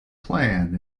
plan